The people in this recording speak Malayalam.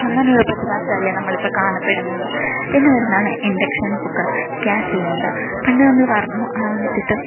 അങ്ങനെയൊരു പ്രതിഭാസമല്ലേ നമ്മളിപ്പോൾ കാണപ്പെടുന്നത് പിന്നെ വരുന്നതാണ് ഇൻറ്റക്ഷൻ കുക്കർ ഗ്യാസ് സിലണ്ടർ പണ്ട് നമ്മൾ പറഞ്ഞു മിറ്റത്ത്